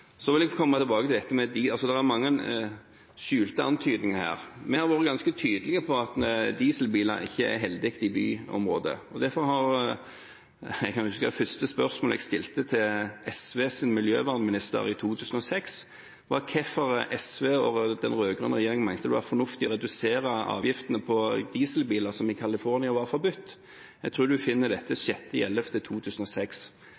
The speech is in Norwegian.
vært ganske tydelige på at dieselbiler ikke er heldig i byområder. Jeg kan huske at det første spørsmålet jeg stilte til SVs miljøvernminister i 2006, var om hvorfor SV og den rød-grønne regjeringen mente det var fornuftig å redusere avgiftene på dieselbiler, som i California var forbudt. Jeg tror en finner dette 6. november 2006.